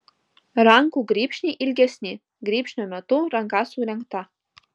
rankų grybšniai ilgesni grybšnio metu ranka sulenkta